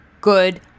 good